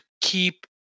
keep